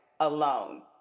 alone